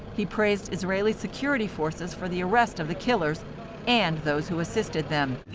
he praised israeli security forces for the arrest of the killers and those who assisted them.